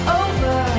over